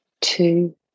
two